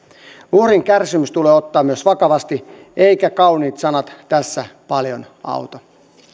uhrin kärsimys tulee ottaa myös vakavasti eivätkä kauniit sanat tässä paljon auta